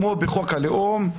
כמו בחוק הלאום,